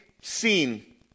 seen